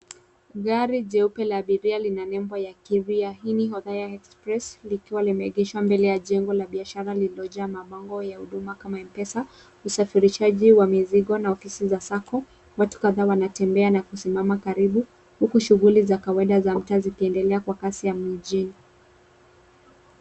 Gari jeupe la abiria lina nembo ya Kiria Ini Othaya Express likiwa limeegeshwa mbele ya jengo la biashara liliojaa mabango ya huduma kama M-pesa, usafirishaji wa mizigo na Kisiza Sacco na watu kadhaa wanatembea na kusimama karibu huku shughuli za kawaida za mtaa zikiendelea kwa kasi ya mijini.